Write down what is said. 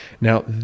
Now